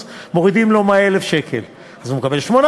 לחץ פיזי